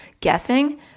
guessing